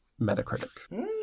metacritic